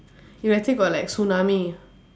imagine got like tsunami